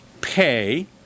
pay